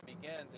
Begins